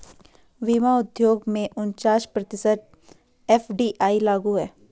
बीमा उद्योग में उनचास प्रतिशत एफ.डी.आई लागू है